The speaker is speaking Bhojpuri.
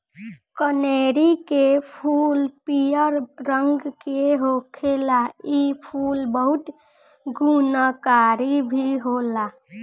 कनेरी के फूल पियर रंग के होखेला इ फूल बहुते गुणकारी भी होला